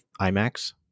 IMAX